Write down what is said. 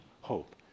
hope